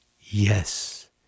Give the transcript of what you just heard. yes